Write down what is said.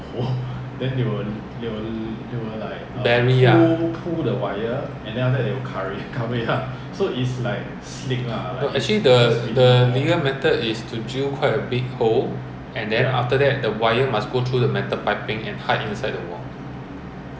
in singapore ah you don't have the thing about our government also weird they have all these requirements that that electricians all have to be licensed and all right but in all honestly from my experience right all of them are from malaysia and they don't have license